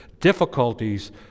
Difficulties